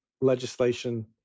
Legislation